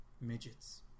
Midgets